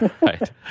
right